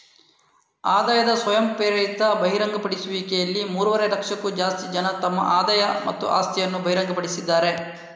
ಆದಾಯದ ಸ್ವಯಂಪ್ರೇರಿತ ಬಹಿರಂಗಪಡಿಸುವಿಕೆಯಲ್ಲಿ ಮೂರುವರೆ ಲಕ್ಷಕ್ಕೂ ಜಾಸ್ತಿ ಜನ ತಮ್ಮ ಆದಾಯ ಮತ್ತು ಆಸ್ತಿಯನ್ನ ಬಹಿರಂಗಪಡಿಸಿದ್ದಾರೆ